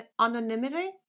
anonymity